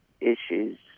issues